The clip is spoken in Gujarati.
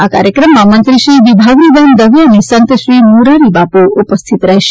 આ કાર્યક્રમમાં મંત્રીશ્રી વિભાવરીબેન દવે અને સંતશ્રી મોરારી બાપુ ઉપસ્થિત રહેશે